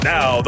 Now